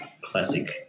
classic